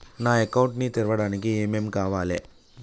నా అకౌంట్ ని తెరవడానికి ఏం ఏం కావాలే?